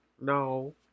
no